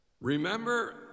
remember